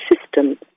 system